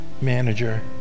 manager